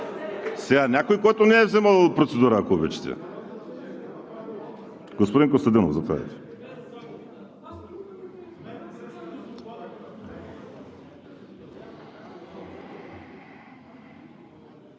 тука! Някой, който не е вземал процедура, ако обичате. Господин Костадинов, заповядайте.